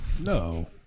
No